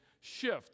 shift